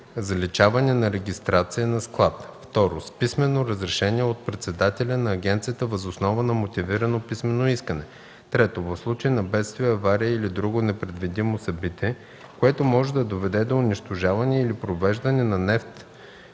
заличаване на регистрация на склад; 2. с писмено разрешение от председателя на агенцията въз основа на мотивирано писмено искане; 3. в случай на бедствие, авария или друго непредвидимо събитие, което може да доведе до унищожаване или повреждане на нефт